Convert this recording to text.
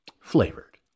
Flavored